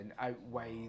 outweigh